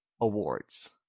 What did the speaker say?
awards